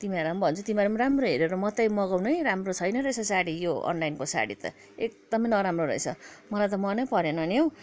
तिमीहरूलाई भन्छु तिमीहरू पनि राम्रो हेरेर मात्रै मगाउनु हौ राम्रो छैन रहेछ साडी यो अनलाइनको साडी त एकदमै नराम्रो र मलाई त मनै परेन नि हौ